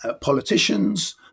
politicians